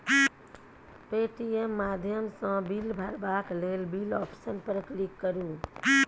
Paytm माध्यमसँ bill भरबाक लेल बिल आप्शन पर क्लिक करु